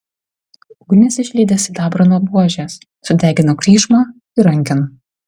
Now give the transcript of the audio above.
ugnis išlydė sidabrą nuo buožės sudegino kryžmą ir rankeną